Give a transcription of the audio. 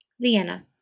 Vienna